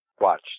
watch